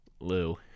Lou